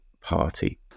party